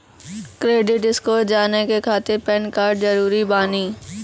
Credit score जाने के खातिर पैन कार्ड जरूरी बानी?